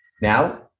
now